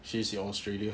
she's in australia